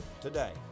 today